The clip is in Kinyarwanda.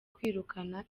kwirukana